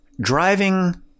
driving